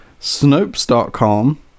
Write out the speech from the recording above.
Snopes.com